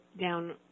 down